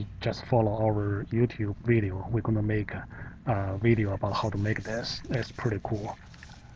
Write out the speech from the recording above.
just follow our youtube video. we're going to make a video about how to make this. it's pretty cool.